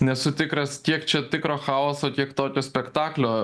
nesu tikras kiek čia tikro chaoso kiek tokio spektaklio